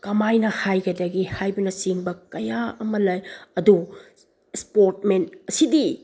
ꯀꯃꯥꯏꯅ ꯍꯥꯏꯒꯗꯒꯦ ꯍꯥꯏꯕꯅ ꯆꯤꯡꯕ ꯀꯌꯥ ꯑꯃ ꯂꯩ ꯑꯗꯣ ꯏꯁꯄꯣꯔꯠ ꯃꯦꯟ ꯑꯁꯤꯗꯤ